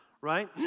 right